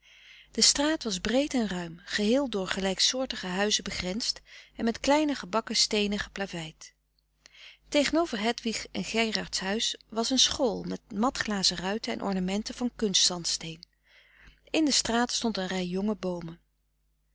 de straat was breed en ruim geheel door gelijksoortige huizen begrensd en met kleine gebakken steenen geplaveid tegenover hedwig en gerards huis was een school met matglazen ruiten en ornamenten van kunst zandsteen in de straat stond een rij jonge boomen